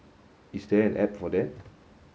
is there an app for that